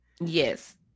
yes